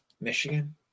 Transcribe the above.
Michigan